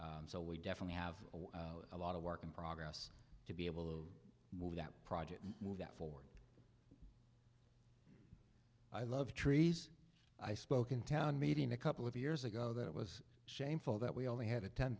so we definitely have a lot of work in progress to be able to move that project and move that forward i love trees i spoke in town meeting a couple of years ago that it was shameful that we only had a ten